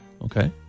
Okay